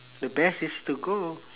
the best is to go